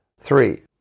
Three